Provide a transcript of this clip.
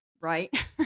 Right